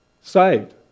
saved